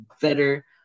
better